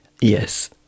Yes